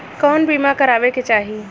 कउन बीमा करावें के चाही?